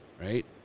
right